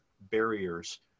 barriers